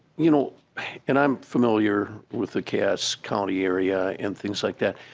you know and um unfamiliar with the cass county area and things like that